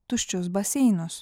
tuščius baseinus